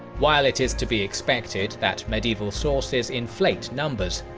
while it is to be expected that medieval sources inflate numbers,